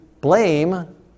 blame